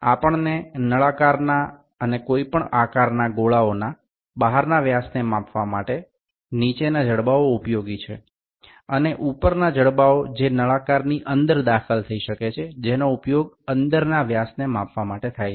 આપણને નળાકારના અને કોઇપણ આકારના ગોળાઓના બહારના વ્યાસને માપવા માટે નીચેના જડબાઓ ઉપયોગી છે અને ઉપરના જડબાઓ જે નળાકારની અંદર દાખલ થઈ શકે છે તેનો ઉપયોગ અંદરના વ્યાસને માપવા માટે થાય છે